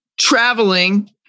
traveling